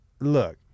look